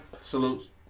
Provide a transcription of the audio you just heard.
Salutes